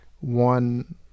one